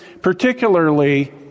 particularly